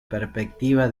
perspectiva